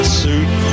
suit